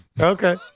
Okay